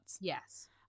Yes